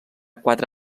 quatre